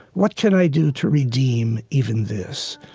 what can i do to redeem even this?